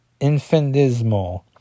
Infantismal